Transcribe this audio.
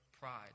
pride